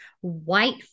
white